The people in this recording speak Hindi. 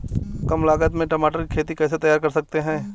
कम लागत में टमाटर की खेती कैसे तैयार कर सकते हैं?